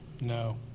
No